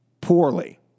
poorly